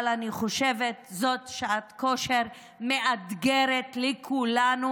אבל אני חושבת שזו שעת כושר מאתגרת לכולנו,